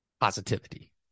positivity